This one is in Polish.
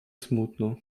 smutno